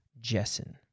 Jessen